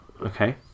okay